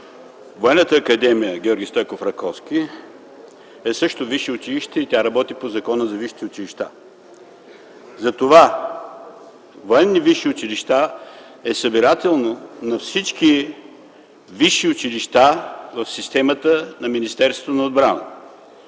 Военната академия „Георги Стайков Раковски” също е висше училище и тя работи по Закона за висшите училища. Затова военни висши училища е събирателно на всички висши училища в системата на Министерството на отбраната